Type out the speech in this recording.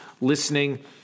listening